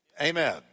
Amen